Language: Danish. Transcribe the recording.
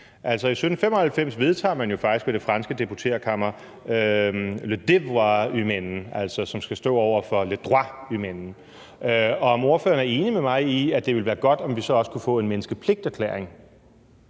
i 1795 vedtager man jo faktisk ved det franske deputeretkammer Les Devoirs Humaines, som skal stå over for Les Droits Humaines. Så er ordføreren enig med mig i, at det ville være godt, om vi så også kunne få en menneskepligtserklæring?